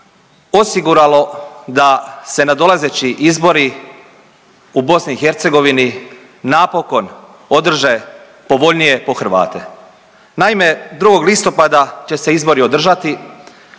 osiguralo da se nadolazeći izbori u BiH napokon održe povoljnije po Hrvate. Naime, 2. listopada će se izbori održati